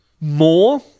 more